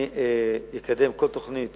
אני אקדם כל תוכנית